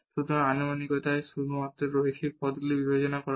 সুতরাং আনুমানিকতায় শুধুমাত্র রৈখিক পদগুলি বিবেচনা করা হয়